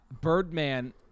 Birdman